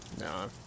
No